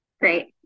Great